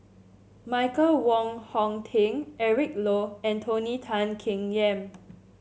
Michael Wong Hong Teng Eric Low and Tony Tan Keng Yam